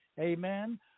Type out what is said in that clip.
amen